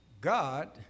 God